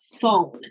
phone